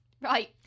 Right